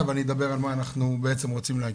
ואני אדבר על מה אנחנו בעצם רוצים להגיד.